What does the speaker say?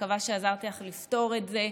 מקווה שעזרתי לך לפתור את זה.